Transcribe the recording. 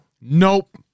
Nope